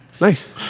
nice